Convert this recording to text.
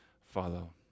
follow